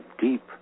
deep